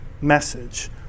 message